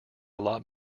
lot